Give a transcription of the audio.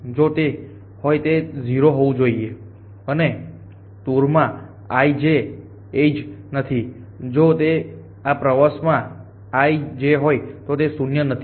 જો તે હોય તો તે 0 હોવું જોઈએ અને ટૂર માં આ i j એજ નથી અને જો તે આ પ્રવાસમાં i j હોય તો તે શૂન્ય નથી